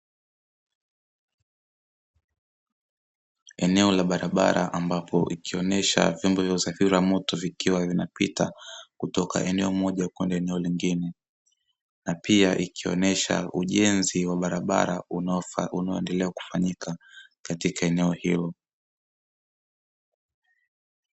Eneo la barabara ambapo likionyesha vyombo vya usafiri wa moto, vikiwa vinapita kutoka eneo moja kwenda eneo lingine, na pia ikionyesha ujenzi wa barabara unaoendelea kufanyika katika eneo hilo.